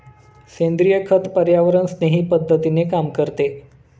सेंद्रिय खत पर्यावरणस्नेही पद्धतीने काम करते